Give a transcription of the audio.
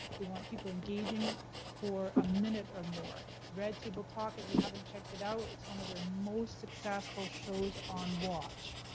they want people engaging for a minute or more. red table talk, if you haven't checked it out, is one of their most successful shows on watch.